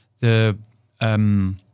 the-